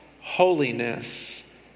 holiness